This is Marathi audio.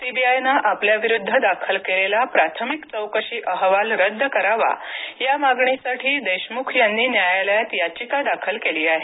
सीबीआय नं आपल्याविरुद्ध दाखल केलेला प्राथमिक चौकशी अहवाल रद्द करावा या मागणीसाठी देशमुख यांनी न्यायालयात याचिका दाखल केली आहे